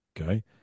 okay